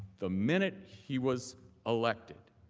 the minute he was elected.